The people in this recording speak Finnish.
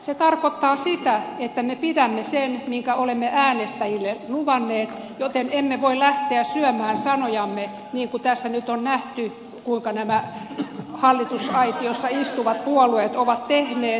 se tarkoittaa sitä että me pidämme sen minkä olemme äänestäjille luvanneet joten emme voi lähteä syömään sanojamme niin kuin tässä nyt on nähty kuinka nämä hallitusaitiossa istuvat puolueet ovat tehneet